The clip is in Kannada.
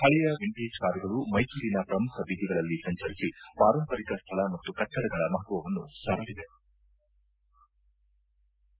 ಪಳೆಯ ವಿಂಟೇಜ್ ಕಾರುಗಳು ಮೈಸೂರಿನ ಪ್ರಮುಖ ಬೀದಿಗಳಲ್ಲಿ ಸಂಚರಿಸಿ ಪಾರಂಪರಿಕ ಸ್ವಳ ಮತ್ತು ಕಟ್ಟಡಗಳ ಮಹತ್ವವನ್ನು ಸಾರಲಿವೆ